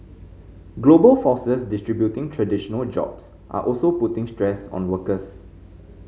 global forces disrupting traditional jobs are also putting stress on workers